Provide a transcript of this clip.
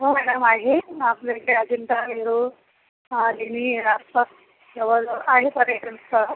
हो मॅडम आहे आपल्या इकडे अजिंठा वेरूळ लेणी आसपास जवळजवळ आहे सारे